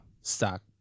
stock